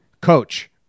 Coach